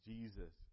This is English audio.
Jesus